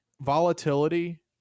volatility